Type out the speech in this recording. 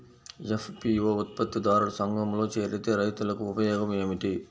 FPO ఉత్పత్తి దారుల సంఘములో చేరితే రైతులకు ఉపయోగము ఏమిటి?